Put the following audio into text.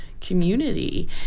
community